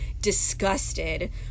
disgusted